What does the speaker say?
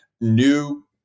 new